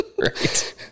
Right